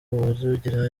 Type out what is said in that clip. uwarugira